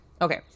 okay